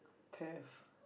test